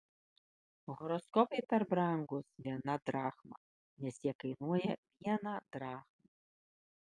horoskopai per brangūs viena drachma nes jie kainuoja vieną drachmą